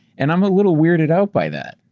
and i'm a little weirded out by that.